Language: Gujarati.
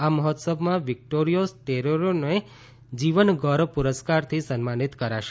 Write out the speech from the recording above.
આ મહોત્સવમાં વિક્ટોરિથો સ્ટોરેરોને જીવન ગૌરવ પુરસ્કારથી સન્માનિત કરાશે